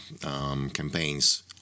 campaigns